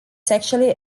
sexually